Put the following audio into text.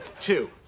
Two